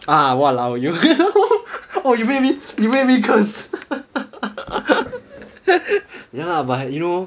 ah !walao! you orh you make me you make me curse ya lah but you know